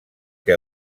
que